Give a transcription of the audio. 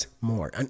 more